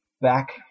back